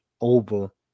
over